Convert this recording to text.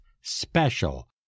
special